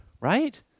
right